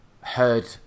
heard